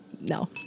No